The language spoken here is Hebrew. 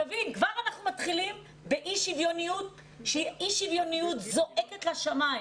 כבר אנחנו מתחילים באי- שוויוניות שהיא אי-שוויוניות זועקת לשמיים.